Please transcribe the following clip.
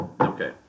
Okay